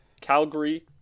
Calgary